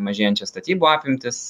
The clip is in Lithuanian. mažėjančias statybų apimtis